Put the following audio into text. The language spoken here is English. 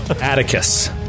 Atticus